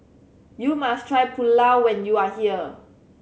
you must try Pulao when you are here